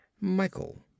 Michael